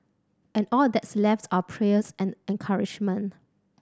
and all that's left are prayers and encouragement